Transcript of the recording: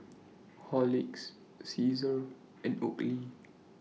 Horlicks Cesar and Oakley